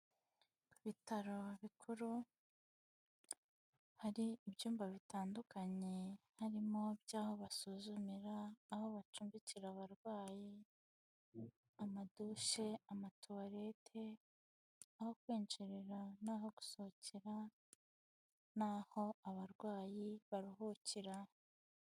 Ibitaro bikuru hari ibyumba bitandukanye harimo iby'aho basuzumira, aho bacumbikira abarwayi, amadushe, amatuwarete, aho kwinjirira n'aho gusohokera n'aho abarwayi baruhukira.